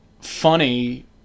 funny